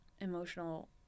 emotional